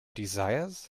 desires